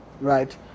right